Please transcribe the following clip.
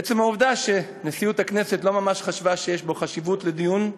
עצם העובדה שנשיאות הכנסת לא ממש חשבה שיש חשיבות לדיון בו,